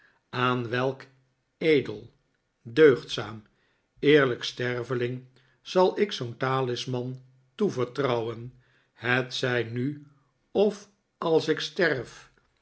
aan welk edel deugdzaam eerlijk starveling zal ik zoo'n talisman toevertrouwen hetzij nu of als ik sterf